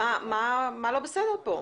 מה לא בסדר פה?